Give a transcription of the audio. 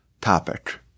topic